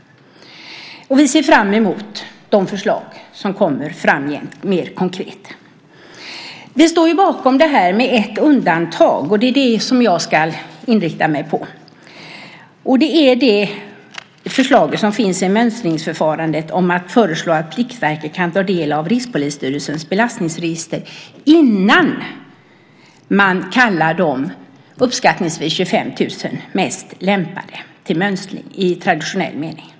Vi ser fram emot de förslag som kommer framgent mer konkret. Vi står bakom detta med ett undantag, och det är det som jag ska inrikta mig på. Det gäller förslaget om mönstringsförfarandet, där det föreslås att Pliktverket ska kunna ta del av Rikspolisstyrelsens belastningsregister innan man kallar de uppskattningsvis 25 000 mest lämpade till mönstring i traditionell mening.